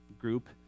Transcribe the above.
group